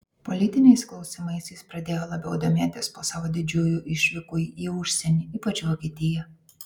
politiniais klausimais jis pradėjo labiau domėtis po savo didžiųjų išvykų į užsienį ypač vokietiją